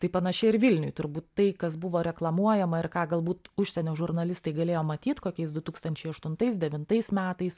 tai panašiai ir vilniuj turbūt tai kas buvo reklamuojama ir ką galbūt užsienio žurnalistai galėjo matyt kokiais du tūkstančiai aštuntais devintais metais